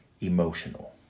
emotional